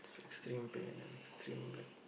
extreme pain and the extreme pain